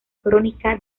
crónica